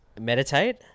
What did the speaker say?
Meditate